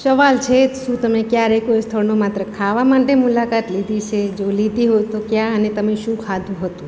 સવાલ છે જ શું તમે ક્યારેય કોઈ સ્થળનું માત્ર ખાવા માટે મુલાકાત લીધી છે જો લીધી હોય તો ક્યાં અને તમે શું ખાધું હતું